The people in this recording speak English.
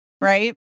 right